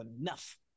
enough